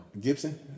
Gibson